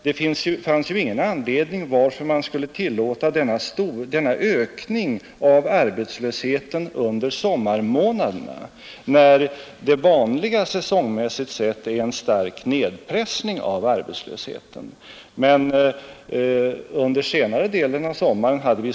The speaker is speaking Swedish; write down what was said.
Det fanns ju ingen anledning att man skulle tillåta denna ökning av arbetslösheten under sommarmånaderna, när det vanligen säsongmässigt sett blir en stark nedpressning av arbetslösheten.